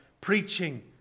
preaching